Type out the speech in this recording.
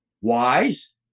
wise